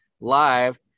live